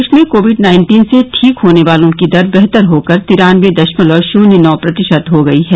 देश में covid nineteen से ठीक होने वालों की दर बेहतर होकर तिरानबे दशमलव शून्य नौ प्रतिशत हो गई है